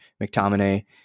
McTominay